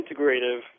integrative